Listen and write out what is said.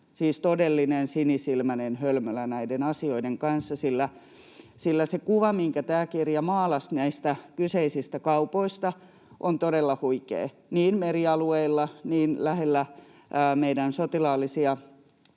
todellinen, sinisilmäinen hölmölä — näiden asioiden kanssa, sillä se kuva, minkä tämä kirja maalasi näistä kyseisistä kaupoista, on todella huikea merialueilla, lähellä meidän Puolustusvoimien